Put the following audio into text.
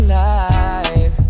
life